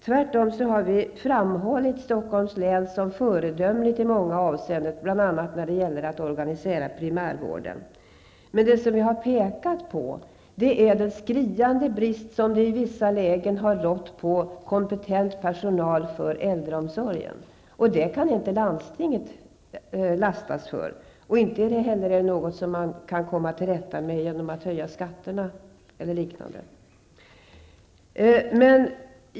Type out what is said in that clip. Tvärtom har vi framhållit Stockholms län landsting som föredömligt i många avseenden, bl.a. när det gäller att organisera primärvården. Det som jag har pekat på är den skriande brist som i vissa lägen rått på kompetent personal för äldreomsorgen. Det kan inte landstingen lastas för, och inte heller är det någonting som man kan komma till rätta med genom att höja skatterna.